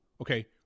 Okay